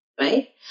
Right